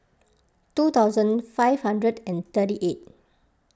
two thousand five hundred and thirty eight